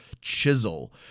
chisel